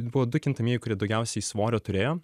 buvo du kintamieji kurie daugiausiai svorio turėjo